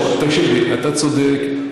תקשיב לי, אתה צודק.